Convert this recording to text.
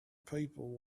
people